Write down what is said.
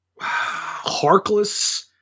Harkless